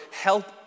help